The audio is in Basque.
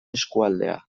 eskualdea